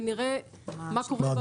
ונראה מה קורה בבנק.